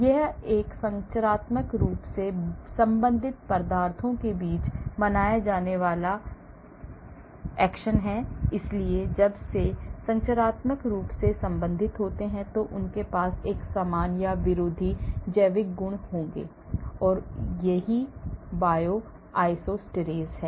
यह संरचनात्मक रूप से संबंधित पदार्थों के बीच मनाया जाने वाला घटना है इसलिए जब वे संरचनात्मक रूप से संबंधित होते हैं तो उनके पास समान या विरोधी जैविक गुण होंगे यह वही है जिसे Bioisosteres कहा जाता है